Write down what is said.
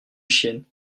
chiennes